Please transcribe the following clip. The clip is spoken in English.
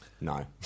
No